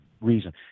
reason